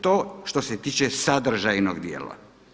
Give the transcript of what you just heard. To što se tiče sadržajnog dijela.